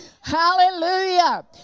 Hallelujah